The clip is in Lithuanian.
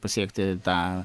pasiekti tą